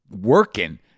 working